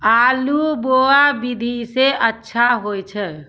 आलु बोहा विधि सै अच्छा होय छै?